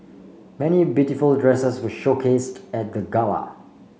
many beautiful dresses were showcased at the gala